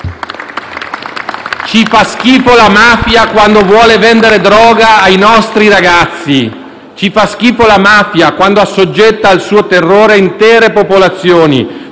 Ci fa schifo la mafia quando vuole vendere droga ai nostri ragazzi! Ci fa schifo la mafia quando assoggetta al suo terrore intere popolazioni!